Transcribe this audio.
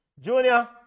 junior